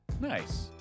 nice